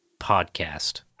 podcast